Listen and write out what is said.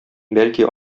бәлки